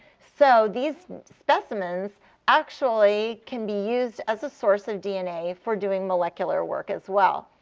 so these specimens actually can be used as a source of dna for doing molecular work as well.